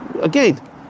again